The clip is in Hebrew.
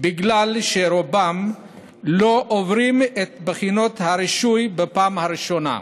בגלל שרובם לא עוברים את בחינות הרישוי בפעם הראשונה.